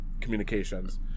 communications